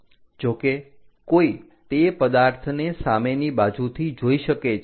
જો કે કોઈ તે પદાર્થને સામેની બાજુથી જોઈ શકે છે